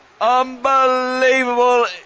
Unbelievable